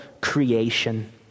creation